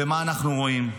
ומה אנחנו רואים?